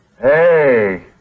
Hey